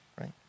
right